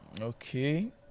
okay